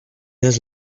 his